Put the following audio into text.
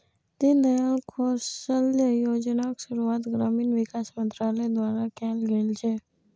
दीनदयाल कौशल्य योजनाक शुरुआत ग्रामीण विकास मंत्रालय द्वारा कैल गेल छै